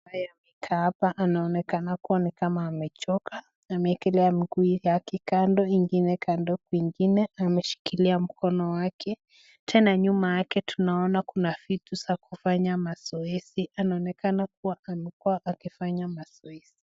Mtu ambaye amekaa hapa anaonekana kuwa amechoka, ameekelea mguu yake kando ingine kando kwingine, ameshikilia mkono wake, tena nyuma yake tunaona kuna vitu za kufanya mazoezi, anaonekana kuwa amekuwa akifanya mazoezi.